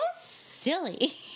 silly